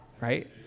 right